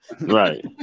Right